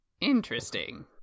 Interesting